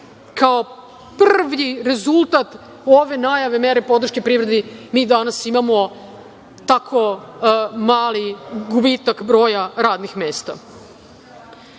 kao prvi rezultat ove najave mere podrške privredi, mi danas imamo tako mali gubitak broj radnih mesta. Još